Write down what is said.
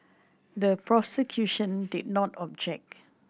the prosecution did not object